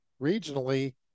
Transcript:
regionally